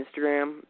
Instagram